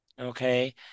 Okay